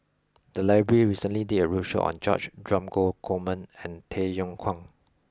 the library recently did a roadshow on George Dromgold Coleman and Tay Yong Kwang